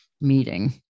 meeting